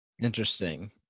Interesting